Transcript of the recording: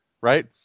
right